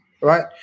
right